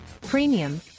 premium